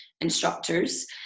instructors